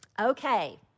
Okay